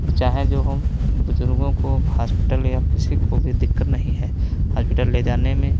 अब चाहे जो हों बुज़ुर्गों को अब हॉस्पिटल या किसी को भी दिक्कत नहीं है हॉस्पिटल ले जाने में